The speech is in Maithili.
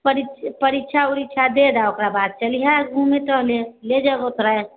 परीक्षा उरिक्षा दे दऽ ओकरा बाद चलिहें घुमे टहले ले जेबौ तोरा